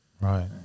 right